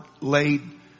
laid